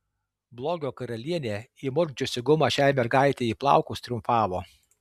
blogio karalienė įmurkdžiusi gumą šiai mergaitei į plaukus triumfavo